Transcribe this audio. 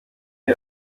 iyo